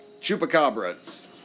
Chupacabras